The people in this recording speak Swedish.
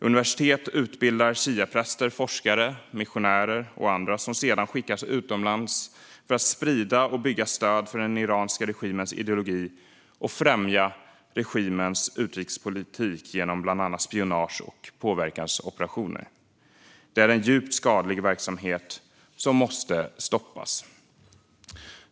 Universitet utbildar shiapräster, forskare, missionärer och andra som sedan skickas utomlands för att sprida och bygga stöd för den iranska regimens ideologi och främja regimens utrikespolitik genom bland annat spionage och påverkansoperationer. Det är en djupt skadlig verksamhet som måste stoppas.